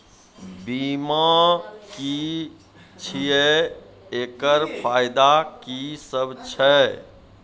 बीमा की छियै? एकरऽ फायदा की सब छै?